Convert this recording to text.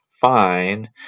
fine